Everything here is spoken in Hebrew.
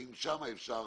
האם שם אפשר